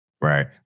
Right